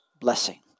blessing